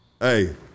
Hey